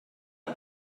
sut